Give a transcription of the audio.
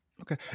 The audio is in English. Okay